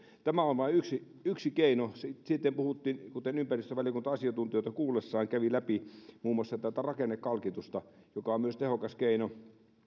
tämä on vain yksi keino sitten ympäristövaliokunta asiantuntijoita kuullessaan kävi läpi muun muassa tätä rakennekalkitusta joka on myös tehokas keino